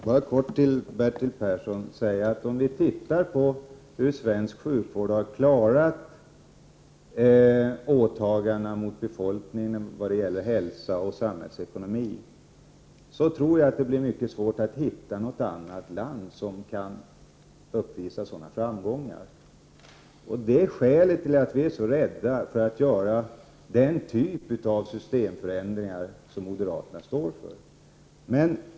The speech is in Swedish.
Prot. 1988/89:60 Herr talman! Får jag bara kort säga till Bertil Persson, att med hänsyn till 2 februari 1989 och samhällsekonomi blir det mycket svårt att hitta något annat land som kan uppvisa sådana framgångar. Det är skälet till att vi är så rädda för att göra den typ av systemförändringar som moderaterna står för.